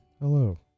Hello